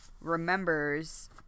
remembers